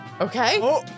Okay